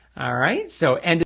ah right, so and